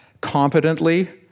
competently